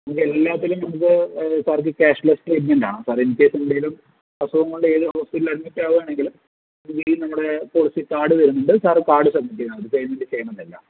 ഇത് എല്ലാത്തിലും നമുക്ക് സാർക്ക് ക്യാഷ് ലിസ്സില് സാറെ ഇൻ കേസ് എന്തെങ്കിലും അസുഖം കൊണ്ട് ഏത് ഹോസ്പിറ്റലില് അഡ്മിറ്റ് ആവുകയാണെങ്കിലും നമ്മുടെ പോളിസി കാർഡ് വരുന്നുണ്ട് സാറ് കാർഡ് സബ്മിറ്റ് ചെയ്താൽമതി പേയ്മെന്റ് ചെയ്യണമെന്നില്ല